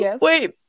Wait